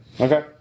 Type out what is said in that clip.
Okay